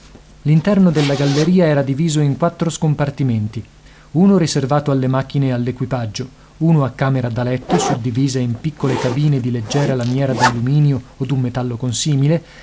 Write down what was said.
l'interno della galleria era diviso in quattro scompartimenti uno riservato alle macchine e all'equipaggio uno a camera da letto suddivisa in piccole cabine di leggera lamiera d'alluminio o d'un metallo consimile